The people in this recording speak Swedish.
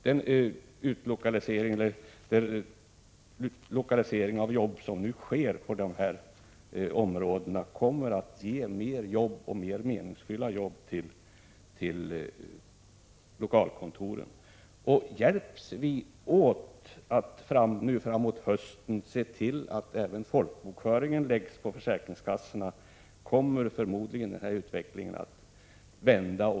Den lokalisering av jobb som nu sker på dessa områden kommer att resultera i fler jobb och ett mera meningsfullt arbete på lokalkontoren. Om vi framåt hösten hjälps åt när det gäller att se till att även folkbokföringen läggs på försäkringskassorna, kommer utvecklingen förmodligen att vända.